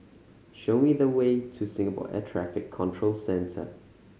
show me the way to Singapore Air Traffic Control Centre